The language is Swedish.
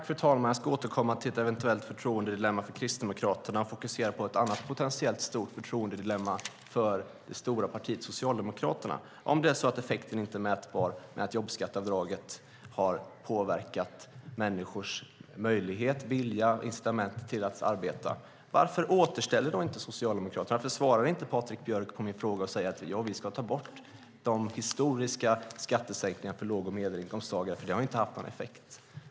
Fru talman! Jag ska återkomma till ett eventuellt förtroendedilemma för Kristdemokraterna. Jag ska nu fokusera på ett annat potentiellt stort förtroendedilemma, för det stora partiet Socialdemokraterna. Om effekten inte är mätbar när det gäller att jobbskatteavdraget har påverkat människors möjlighet, vilja och incitament att arbeta undrar jag: Varför återställer inte Socialdemokraterna detta? Jag undrar varför Patrik Björck inte svarar på min fråga och säger: Ja, vi ska ta bort de historiska skattesänkningarna för låg och medelinkomsttagare, för de har inte haft någon effekt.